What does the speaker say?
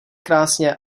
krásně